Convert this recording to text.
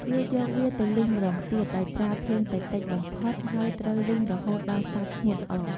រួចយកវាទៅលីងម្ដងទៀតដោយប្រើភ្លើងតិចៗបំផុតហើយត្រូវលីងរហូតដល់សាច់ស្ងួតល្អ។